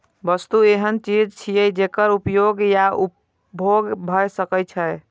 वस्तु एहन चीज छियै, जेकर उपयोग या उपभोग भए सकै छै